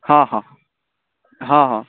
हँ हँ हँ हँ